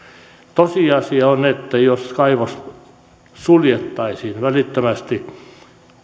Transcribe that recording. tosiasia on että jos kaivos suljettaisiin välittömästi